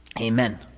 Amen